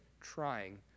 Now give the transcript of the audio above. trying